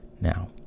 Now